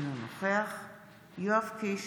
אינו נוכח יואב קיש,